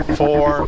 four